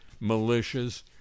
militias